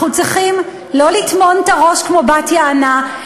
אנחנו צריכים לא לטמון את הראש כמו בת-יענה,